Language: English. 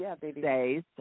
days